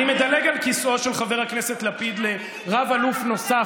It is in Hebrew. אני מדלג על כיסאו של חבר הכנסת לפיד לרב-אלוף נוסף,